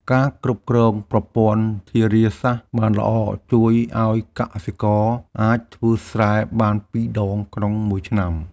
ការគ្រប់គ្រងប្រព័ន្ធធារាសាស្ត្របានល្អ ជួយឱ្យកសិករអាចធ្វើស្រែបានពីរដងក្នុងមួយឆ្នាំ។